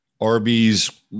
Arby's